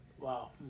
wow